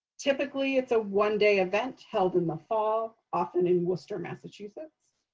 typically, it's a one-day event held in the fall, often in worcester, massachusetts.